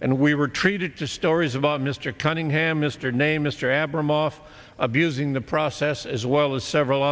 and we were treated to stories about mr cunningham mr name mr abu off abusing the process as well as several